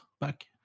back